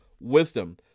wisdom